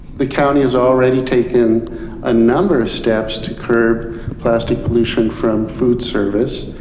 the county has already taken a number of steps to curb plastic pollution from food service.